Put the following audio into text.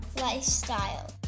lifestyle